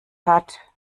hat